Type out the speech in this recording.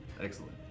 Excellent